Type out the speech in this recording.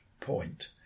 point